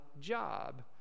job